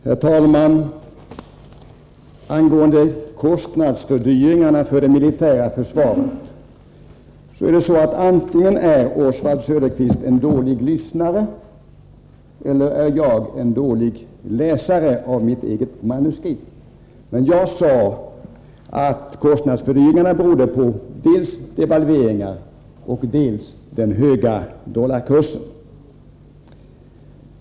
Herr talman! Angående kostnadsfördyringarna för det militära försvaret måste antingen Oswald Söderqvist vara en dålig lyssnare eller också är jag en dålig läsare av mitt eget manuskript. Jag sade att kostnadsfördyringarna berodde på dels devalveringar, dels den höga dollarkursen.